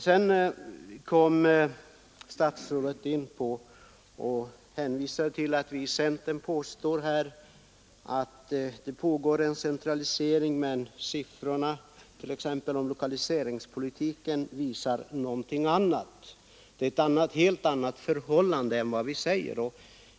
Sedan framhöll statsrådet att vi inom centern påstår att det pågår en centralisering, medan siffrorna i fråga om lokaliseringspolitiken visar något annat.